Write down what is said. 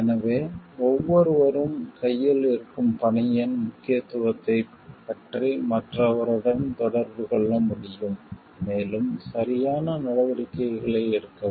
எனவே ஒவ்வொருவரும் கையில் இருக்கும் பணியின் முக்கியத்துவத்தைப் பற்றி மற்றவருடன் தொடர்பு கொள்ள முடியும் மேலும் சரியான நடவடிக்கைகளை எடுக்கவும்